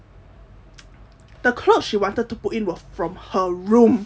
the clothes she wanted to put in were from her room